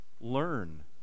learn